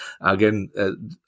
Again